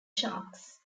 sharks